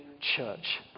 church